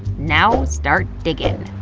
now start digging!